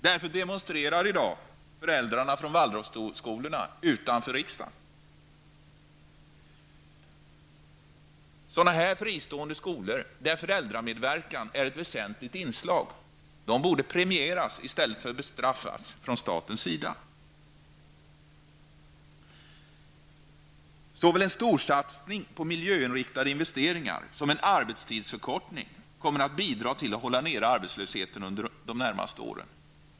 Därför demonstrerar i dag föräldrar till elever i Waldorfskolorna utanför riksdagen. Sådana här fristående skolor, där föräldramedverkan är ett väsentligt inslag, borde premieras i stället för att bestraffas av staten. Såväl en storsatsning på miljöinriktade investeringar som en arbetstidsförkortning kommer att bidra till hålla nere arbetslösheten de närmaste åren.